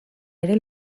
ere